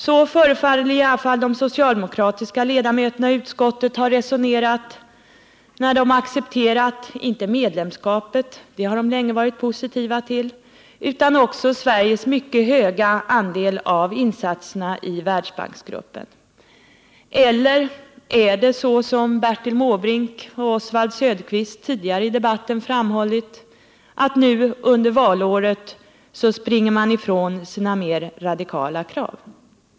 Så tycks i alla fall de socialdemokratiska ledamöterna i utskottet ha resonerat när de accepterade inte medlemskapet, som de länge har varit positiva till, utan Sveriges mycket höga andel av insatserna i Världsbanksgruppen. Eller är det så som Bertil Måbrink och Oswald Söderqvist tidigare i debatten framhållit, att under valåret springer man ifrån sina mer radikala krav?